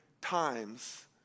times